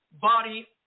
body